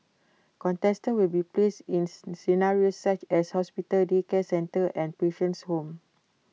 contestants will be placed ins scenarios such as hospital daycare centre and patient's home